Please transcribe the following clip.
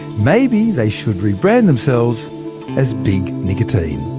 maybe they should re-brand themselves as big nicotine?